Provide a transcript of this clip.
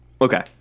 Okay